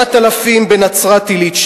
8,000 בנצרת-עילית,